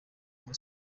muri